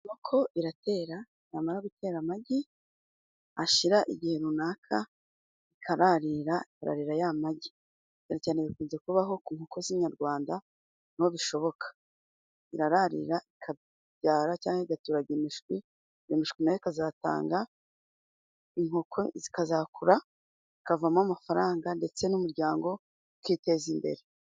Inkoko iratera, yamara gutera amagi hashira igihe runaka ikararira, irarira y'amagi cyane cyane bikunze kubaho ku nkoko z'inyarwanda ni ho bishoboka, irararira igaturaga imishwi, imishwi n'ayo ikazatanga inkoko zikazakura zikavamo amafaranga ndetse n'umuryango ukiteza imbere.